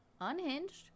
unhinged